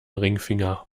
ringfinger